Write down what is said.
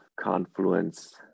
confluence